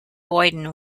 boyden